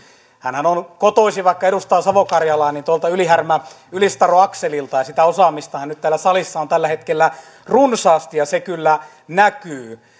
hänhän on kotoisin vaikka edustaa savo karjalaa tuolta ylihärmä ylistaro akselilta ja sitä osaamistahan täällä salissa on tällä hetkellä runsaasti ja se kyllä näkyy